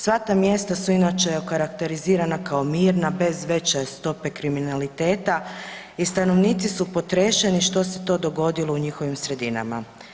Sva ta mjesta su inače okarakterizirana kao mirna, bez veće stope kriminaliteta i stanovnici su potreseni što se to dogodilo u njihovim sredinama.